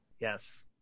yes